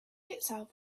itself